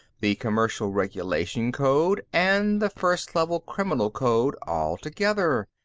the commercial regulation code, and the first level criminal code, all together.